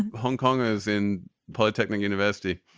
and hong kong is in polytechnic university